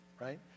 right